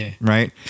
right